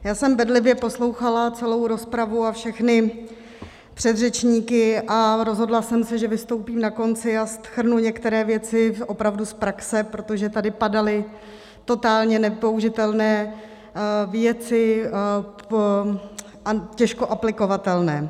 Já jsem bedlivě poslouchala celou rozpravu a všechny předřečníky a rozhodla jsem se, že vystoupím na konci a shrnu některé věci opravdu z praxe, protože tady padaly totálně nepoužitelné věci, těžko aplikovatelné.